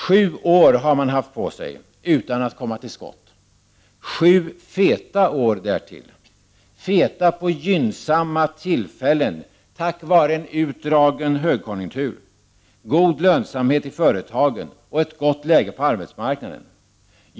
Sju år har man haft på sig utan att komma till skott. Sju feta år därtill. Feta på gynnsamma tillfällen tack vare en utdragen högkonjunktur, god lön samhet i företagen och ett gott läge på arbetsmarknaden.